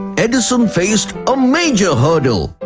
edison faced a major hurdle.